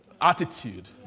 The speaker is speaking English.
attitude